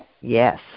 Yes